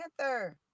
Panther